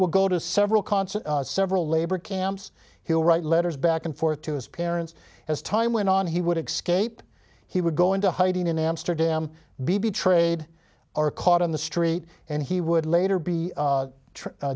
will go to several concert several labor camps he will write letters back and forth to his parents as time went on he would exclaim he would go into hiding in amsterdam be betrayed are caught on the street and he would later be